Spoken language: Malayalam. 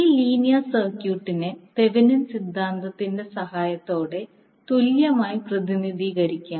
ഈ ലീനിയർ സർക്യൂട്ടിനെ തെവെനിൻസ് Thevinin's സിദ്ധാന്തത്തിൻറെ സഹായത്തോടെ തുല്യമായി പ്രതിനിധീകരിക്കാം